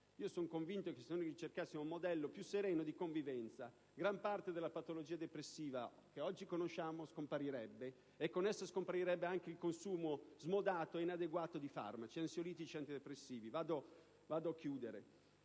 Sono convinto che, se si ricercasse un modello più sereno di convivenza, gran parte della patologia depressiva che oggi conosciamo scomparirebbe e con essa anche il consumo smodato e inadeguato di farmaci ansiolitici ed antidepressivi. La mozione